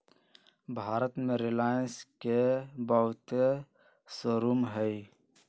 भारत में रिलाएंस के बहुते शोरूम हई